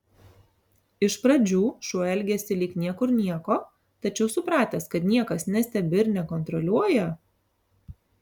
iš pradžių šuo elgiasi lyg niekur nieko tačiau supratęs kad niekas nestebi ir nekontroliuoja